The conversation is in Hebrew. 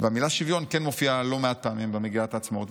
והמילה "שוויון" מופיעה לא מעט פעמים במגילת העצמאות,